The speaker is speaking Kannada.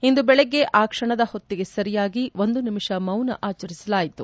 ಇಂದು ಬೆಳಗ್ಗೆ ಆ ಕ್ಷಣದ ಹೊತ್ತಿಗೆ ಸರಿಯಾಗಿ ಒಂದು ನಿಮಿಷ ಮೌನ ಆಚರಿಸಲಾಯಿತು